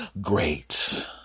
Great